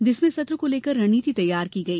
जिसमें सत्र को लेकर रणनीति तैयार की गई